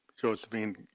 Josephine